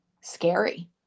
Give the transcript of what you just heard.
scary